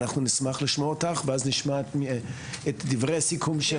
אנחנו נשמח לשמוע אותך ואז נשמע את דברי סיכום של